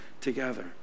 together